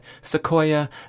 sequoia